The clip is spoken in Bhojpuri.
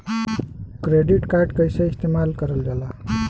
क्रेडिट कार्ड कईसे इस्तेमाल करल जाला?